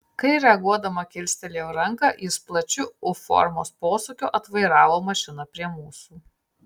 kai reaguodama kilstelėjau ranką jis plačiu u formos posūkiu atvairavo mašiną prie mūsų